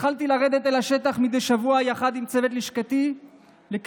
התחלתי לרדת אל השטח מדי שבוע יחד עם צוות לשכתי ולקבל